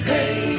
Hey